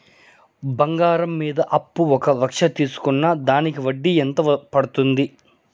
బంగారం మీద అప్పు ఒక లక్ష తీసుకున్న దానికి వడ్డీ ఎంత పడ్తుంది?